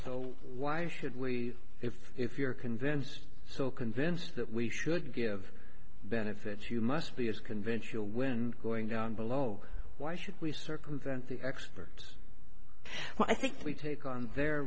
so why should we if if you're convinced so convinced that we should give benefits you must be as conventional when going down below why should we circumvent the expert well i think we take on their